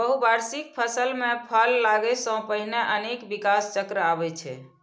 बहुवार्षिक फसल मे फल लागै सं पहिने अनेक विकास चक्र आबै छै